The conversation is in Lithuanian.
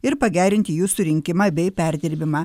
ir pagerinti jų surinkimą bei perdirbimą